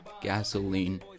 gasoline